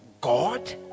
God